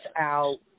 out